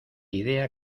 idea